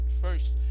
first